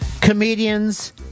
comedians